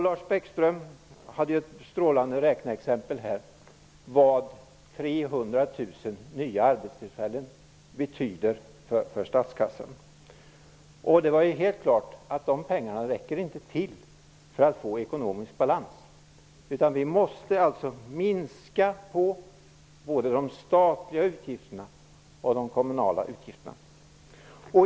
Lars Bäckström hade ett strålande räkneexempel på vad 300 000 nya arbetstillfällen betyder för statskassan. Det är helt klart att pengarna inte räcker till för att få ekonomisk balans, utan vi måste minska både de statliga och kommunala utgifterna.